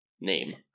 name